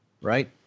right